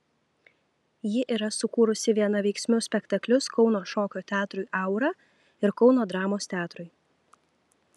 ji yra sukūrusi vienaveiksmius spektaklius kauno šokio teatrui aura ir kauno dramos teatrui